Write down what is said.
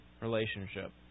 relationship